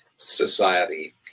society